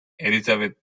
elizabeth